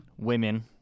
women